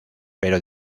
pero